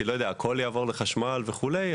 כי הכול יעבור לחשמל וכולי,